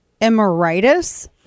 Emeritus